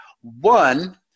one